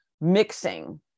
mixing